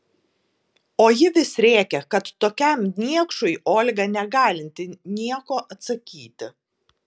o ji vis rėkė kad tokiam niekšui olga negalinti nieko atsakyti